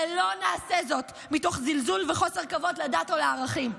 ולא נעשה זאת מתוך זלזול וחוסר כבוד לדת או לערכים.